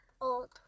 Old